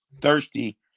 thirsty